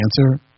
answer